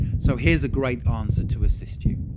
so here's a great answer to assist you.